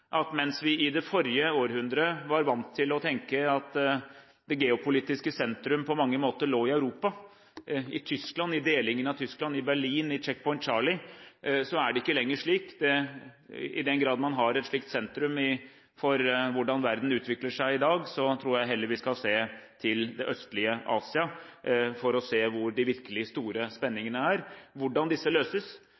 at mens vi i det forrige århundre var vant til å tenke at det geopolitiske sentrum på mange måter lå i Europa – i Tyskland, i delingen av Tyskland, i Berlin, i Checkpoint Charlie – er det ikke lenger slik. I den grad man har et slikt sentrum for hvordan verden utvikler seg i dag, tror jeg heller vi skal se til det østlige Asia for å se hvor de virkelig store